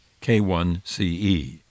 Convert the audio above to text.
K1CE